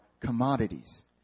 commodities